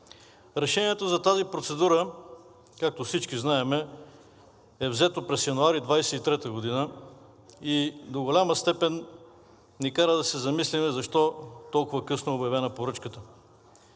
Решението за тази процедура, както всички знаем, е взето през януари 2023 г. и до голяма степен ни кара да се замислим защо толкова късно е обявена поръчката.